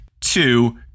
Two